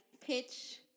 pitch